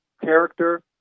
character